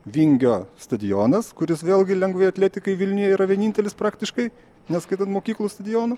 vingio stadionas kuris vėlgi lengvajai atletikai vilniuje yra vienintelis praktiškai neskaitant mokyklų stadionų